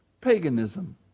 paganism